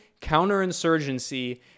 counterinsurgency